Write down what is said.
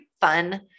fun